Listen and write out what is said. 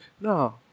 No